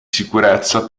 sicurezza